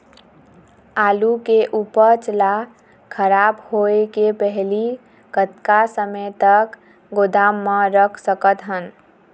आलू के उपज ला खराब होय के पहली कतका समय तक गोदाम म रख सकत हन?